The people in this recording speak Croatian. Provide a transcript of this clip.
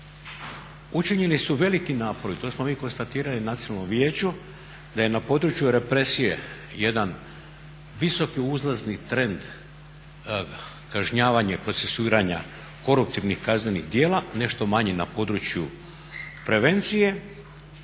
Učinjeni su veliki napori, to smo mi konstatirali na nacionalnom vijeću da je na području represije jedan visoki uzlazni trend kažnjavanje procesuiranja koruptivnih kaznenih djela nešto manje na području prevencije,